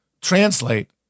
translate